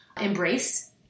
embrace